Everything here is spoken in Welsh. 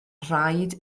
rhaid